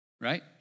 Right